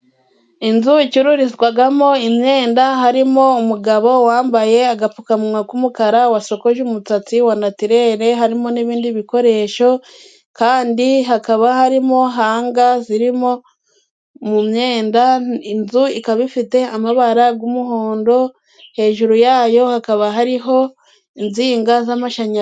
Inzu icururizwamo imyenda, harimo umugabo wambaye agapfukamunwa k'umukara, washokoje umusatsi wa natirere, harimo n'ibindi bikoresho, kandi hakaba harimo hanga zirimo imyenda, inzu ikaba ifite amabara y'umuhondo, hejuru yayo hakaba hariho insinga z'amashanyarazi.